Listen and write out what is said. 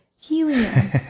Helium